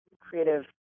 creative